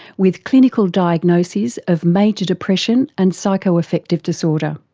with clinical diagnoses of major depression and psycho-affective disorder.